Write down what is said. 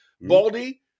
Baldy